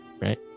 Right